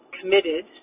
committed